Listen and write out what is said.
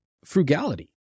Frugality